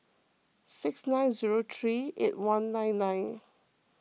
six nine zero three eight one nine nine